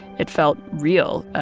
it felt real.